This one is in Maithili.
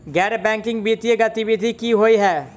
गैर बैंकिंग वित्तीय गतिविधि की होइ है?